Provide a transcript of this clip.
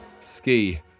Ski